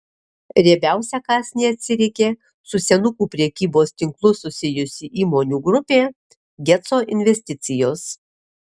riebiausią kąsnį atsiriekė su senukų prekybos tinklu susijusi įmonių grupė geco investicijos